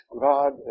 God